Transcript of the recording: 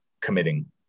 committing